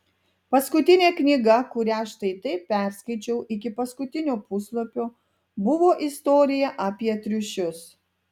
paskutinė knyga kurią štai taip perskaičiau iki paskutinio puslapio buvo istorija apie triušius